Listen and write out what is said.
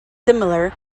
similar